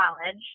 college